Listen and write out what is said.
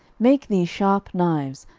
make thee sharp knives,